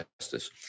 justice